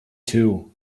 too